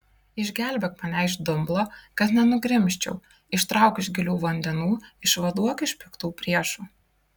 išgelbėk mane iš dumblo kad nenugrimzčiau ištrauk iš gilių vandenų išvaduok iš piktų priešų